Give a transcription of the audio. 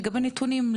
לגבי נתונים,